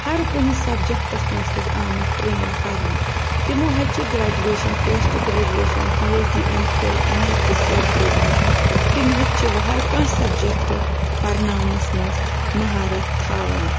ہر کُنہِ سَبجَکٹَس منٛز حظ آمٕتۍ ٹرٛین کَرنہٕ تِمو حظ چھِ graduation post graduation P H D M Phil NET تہٕ سٮ۪ٹ کٔرۍمٕتۍ تِم حظ چھِ وۄنۍ ہر کانٛہہ سَبجَکٹ پَرناونَس منٛز مہارَت تھاوان